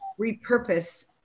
repurpose